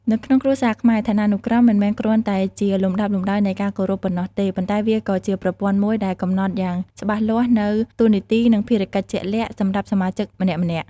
នៅក្នុងគ្រួសារខ្មែរ ឋានានុក្រម មិនមែនគ្រាន់តែជាលំដាប់លំដោយនៃការគោរពប៉ុណ្ណោះទេ ប៉ុន្តែវាក៏ជាប្រព័ន្ធមួយដែលកំណត់យ៉ាងច្បាស់លាស់នូវ តួនាទី និងភារកិច្ចជាក់លាក់ សម្រាប់សមាជិកម្នាក់ៗ។